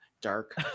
Dark